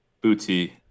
Booty